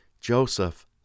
Joseph